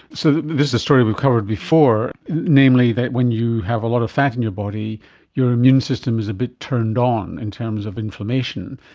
so this is a story we've covered before, namely that when you have a lot of fat in your body your immune system is a bit turned on in terms of inflammation.